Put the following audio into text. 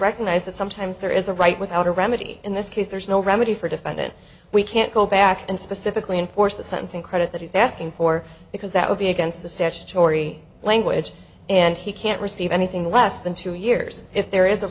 recognized that sometimes there is a right without a remedy in this case there's no remedy for defendant we can't go back and specifically enforce the sentencing credit that he's asking for because that would be against the statutory language and he can't receive anything less than two years if there is a